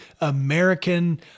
American